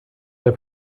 der